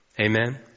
Amen